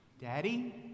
Daddy